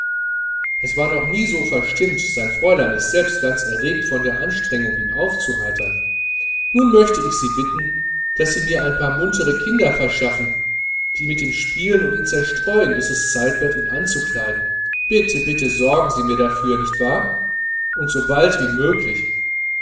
er war noch nie so verstimmt sein fräulein ist selbst ganz nervös von der anstrengung ihn aufzuheitern nun möchte ich sie bitten daß sie mir ein paar muntere kinder verschaffen knaben oder mädchen die mit ihm spielen und ihn zerstreuen bis es zeit wird ihn anzukleiden bitte bitte sorgen sie mir dafür nicht wahr und so bald wie möglich